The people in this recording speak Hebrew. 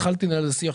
התחלתי לנהל איזה שיח,